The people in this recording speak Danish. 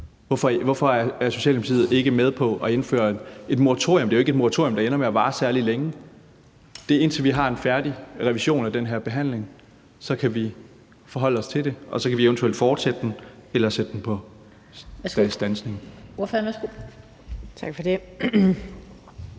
Hvorfor er Socialdemokratiet ikke med på at indføre et moratorium? Det er jo ikke et moratorium, der ender med at vare særlig længe. Det er, indtil vi har en færdig revision af den her behandling. Så kan vi forholde os til det, og så kan vi eventuelt fortsætte den eller standse den.